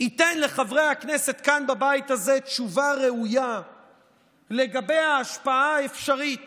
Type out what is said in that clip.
ייתן לחברי הכנסת כאן בבית הזה תשובה ראויה לגבי ההשפעה האפשרית